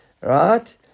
right